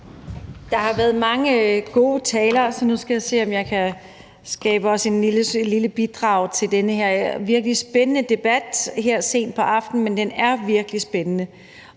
Der har været mange gode taler, så nu skal jeg se, om jeg kan give et lille bidrag til den her virkelig spændende debat her sent på aftenen – men den er virkelig spændende